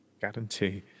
guarantee